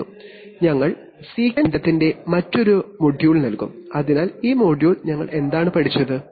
sequence നിയന്ത്രണത്തിന്റെ sequence controlമറ്റൊരു module അടുത്ത ഭാഗത്ത് കാണാം അതിനാൽ ഈ മൊഡ്യൂളിൽ ഞങ്ങൾ എന്താണ് പഠിച്ചത്